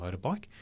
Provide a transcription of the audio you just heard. motorbike